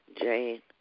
Jane